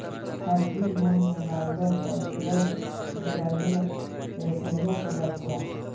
अभी मोर मोबाइलत प्रत्यक्ष विकलनेर एस.एम.एस वल छ